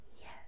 Yes